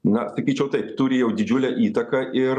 na sakyčiau taip turi jau didžiulę įtaką ir